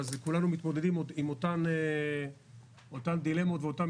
אז כולנו מתמודדים עם אותן דילמות ואותם